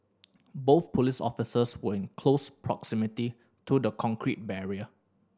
both police officers were in close proximity to the concrete barrier